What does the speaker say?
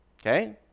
okay